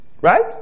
right